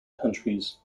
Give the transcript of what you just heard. countries